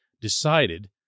decided